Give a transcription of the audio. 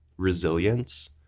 resilience